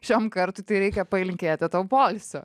šiam kartui tai reikia palinkėti tau poilsio